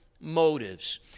motives